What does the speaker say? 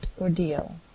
ordeal